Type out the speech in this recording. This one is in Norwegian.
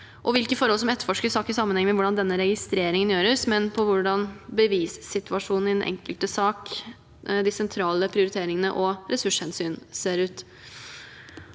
Hvilke forhold som etterforskes, har ikke sammenheng med hvordan denne registreringen gjøres, men med hvordan bevissituasjonen i den enkelte sak, de sentrale prioriteringene og ressurshensyn ser ut.